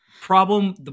Problem